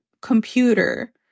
computer